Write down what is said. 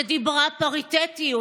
שדיברה על פריטטיות,